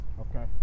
Okay